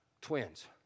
twins